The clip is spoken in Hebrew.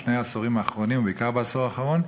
בשני העשורים האחרונים ובעיקר בעשור האחרון,